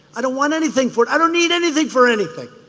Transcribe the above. i don't want anything for it. i don't need anything for anything.